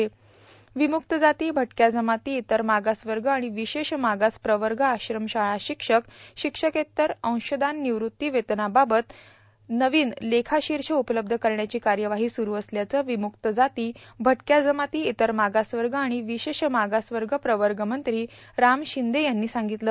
र्यावमुक्त जाती भटक्या जमाती इतर मागासवग आर्गाण र्वशेष मागास प्रवग आश्रमशाळा भशक्षक भशक्षकेत्तर अंशदान भनवृत्तीवेतनाबाबत नवीन लेखाभशष उपलब्ध करण्याची कायवाही सुरु असल्याचं विमुक्त जाती भटक्या जमाती इतर मागासवग आीण विशेष मागास प्रवग मंत्री राम शिंदे यांनी सांगितलं